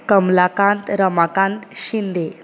Kamalakant Ramakant Shinde